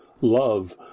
love